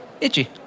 Itchy